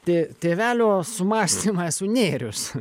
tė tėvelio su sumąstymą esu nėrius